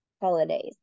holidays